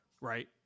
right